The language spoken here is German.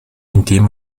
indem